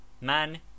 Man